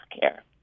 care